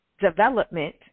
development